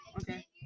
Okay